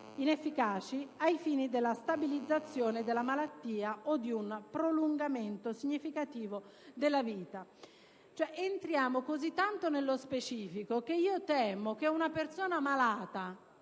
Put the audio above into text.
inefficaci ai fini della stabilizzazione della malattia o di un prolungamento significativo della vita». Entriamo così tanto nello specifico che temo che una persona malata